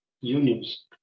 unions